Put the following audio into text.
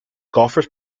golfers